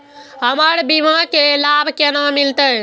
हमर बीमा के लाभ केना मिलते?